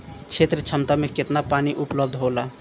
क्षेत्र क्षमता में केतना पानी उपलब्ध होला?